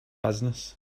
business